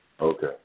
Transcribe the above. Okay